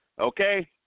okay